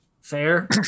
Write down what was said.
fair